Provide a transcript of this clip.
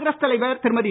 காங்கிரஸ் தலைவர் திருமதி